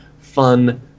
fun